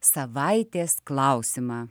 savaitės klausimą